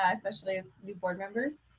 ah especially as new board members